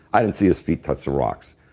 i didn't see his feet touch the rocks,